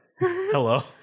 Hello